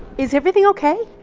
is everything ok?